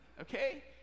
Okay